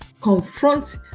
confront